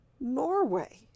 Norway